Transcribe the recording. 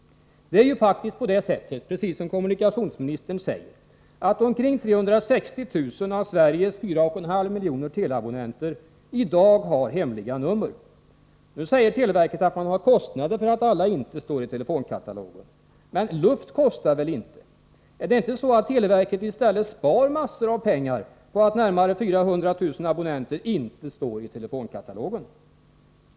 Det är faktiskt på det sättet att omkring 360 000 av Sveriges 4,5 miljoner telefonabonnenter i dag har hemliga nummer. Nu säger televerket att man har kostnader för att alla inte står i telefonkatalogen. Men - luft kostar väl inte? Är det inte så att televerket i stället spar massor av pengar på att närmare 400 000 abonnenter inte står i telefonkatalogen?